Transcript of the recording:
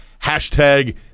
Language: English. hashtag